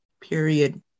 period